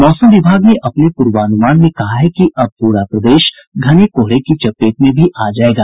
मौसम विभाग ने अपने पूर्वानुमान में कहा है कि अब पूरा प्रदेश घने कोहरे की चपेट में भी आ जायेगा